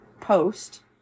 Post